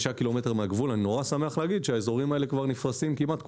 קילומטרים מהגבול ואני מאוד שמח לומר שהאזורים האלה כבר נפרסים כמעט כולם.